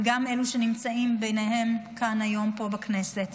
וגם לאלה מהם שנמצאים כאן היום פה בכנסת,